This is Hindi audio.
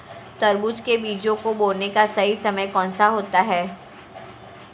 तरबूज के बीजों को बोने का सही समय कौनसा होता है?